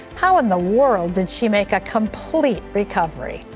how in the world did she make a complete recovery?